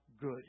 good